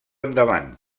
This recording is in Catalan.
endavant